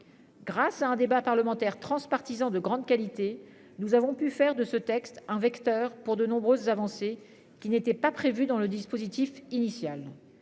Grâce à un débat parlementaire transpartisan de grande qualité, nous avons pu faire de ce texte un vecteur pour de nombreuses avancées qui n'était pas prévu dans le dispositif initial.